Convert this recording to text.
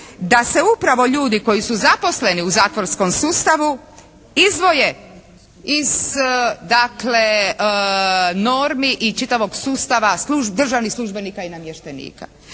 da se upravo ljudi koji su zaposleni u zatvorskom sustavu izdvoje iz dakle normi i čitavog sustava državnih službenika i namještenika.